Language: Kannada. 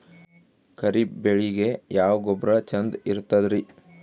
ಖರೀಪ್ ಬೇಳಿಗೆ ಯಾವ ಗೊಬ್ಬರ ಚಂದ್ ಇರತದ್ರಿ?